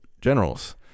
generals